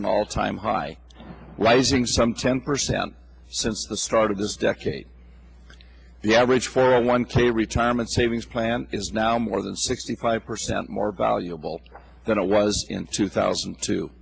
an all time high rising some ten percent since the start of this decade the average for a one k retirement savings plan is now more than sixty five percent more valuable than it was in two thousand and two